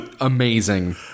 Amazing